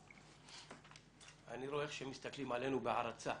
אני רואה שמסתכלים עלינו בהערצה